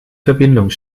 verbindung